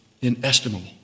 inestimable